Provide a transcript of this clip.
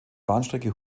bahnstrecke